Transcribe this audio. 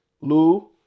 Lou